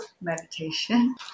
meditation